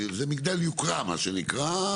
זה מגדל יוקרה מה שנקרא,